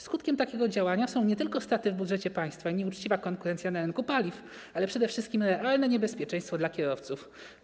Skutkiem takiego działania są nie tylko straty w budżecie państwa i nieuczciwa konkurencja na rynku paliw, ale przede wszystkim realne niebezpieczeństwo dla kierowców.